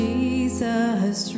Jesus